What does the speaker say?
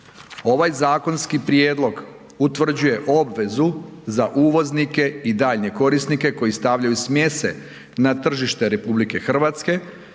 Ovaj zakonski prijedlog utvrđuje obvezu za uvoznike i daljnje korisnike koji stavljaju smjese na tržište RH da